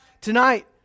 tonight